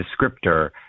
descriptor